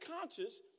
conscious